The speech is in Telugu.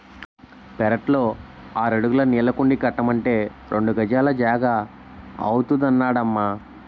పెరట్లో ఆరడుగుల నీళ్ళకుండీ కట్టమంటే రెండు గజాల జాగా అవుతాదన్నడమ్మా